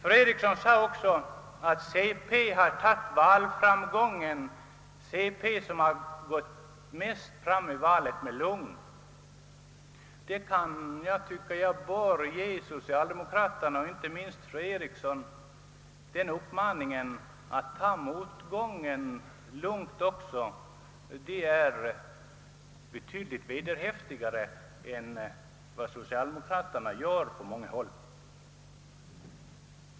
Fru Eriksson sade också att centerpartiet, som vunnit mest, borde ta sin valframgång med lugn. Jag kan ge socialdemokraterna och inte minst fru Eriksson uppmaningen att också ta motgången lugnt. Det vore betydligt vederhäftigare än den hållning socialdemokraterna nu intar på många håll.